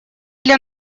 для